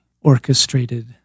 orchestrated